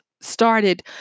started